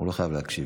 הוא לא חייב להקשיב.